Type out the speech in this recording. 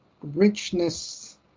richness